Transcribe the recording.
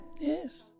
Yes